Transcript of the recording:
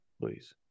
please